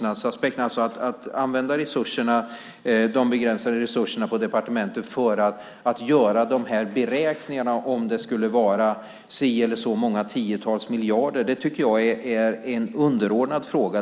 Att använda de begränsade resurserna på departementet för att göra dessa beräkningar om det skulle vara si eller så många tiotals miljarder är en underordnad fråga.